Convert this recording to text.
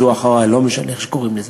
אז הוא אחרי; לא משנה איך שקוראים לזה.